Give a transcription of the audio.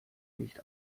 nicht